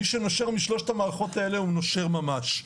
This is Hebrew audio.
מי שנושר משלושת התכניות האלה הוא נושר ממש.